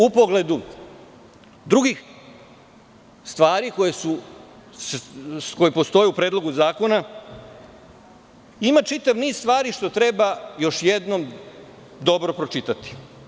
U pogledu drugih stvari koje postoje u predlogu zakona, ima čitav niz stvari što treba još jednom dobro pročitati.